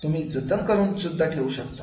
तुम्ही जतन करून सुद्धा ठेवू शकता